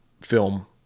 film